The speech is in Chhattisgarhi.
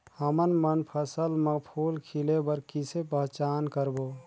हमन मन फसल म फूल खिले बर किसे पहचान करबो?